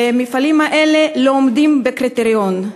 המפעלים האלה לא עומדים בקריטריון.